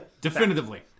definitively